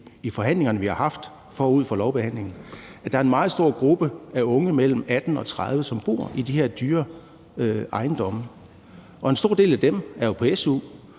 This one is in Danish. de forhandlinger, vi har haft forud for lovbehandlingen, at der er en meget stor gruppe unge mellem 18 og 30 år, som bor i de her dyre ejendomme, og en stor del af dem er jo på su,